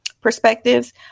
perspectives